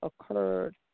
occurred